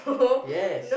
yes